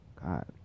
God